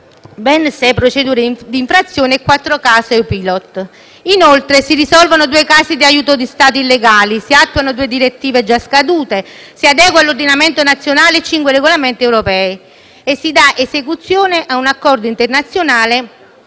ben sei procedure di infrazione e quattro casi EU-Pilot. Inoltre, si risolvono due casi di aiuti di Stato illegali, si attuano due direttive già scadute, si adegua l'ordinamento nazionale a cinque regolamenti europei e si dà esecuzione a un accordo internazionale